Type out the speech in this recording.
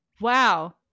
Wow